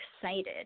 excited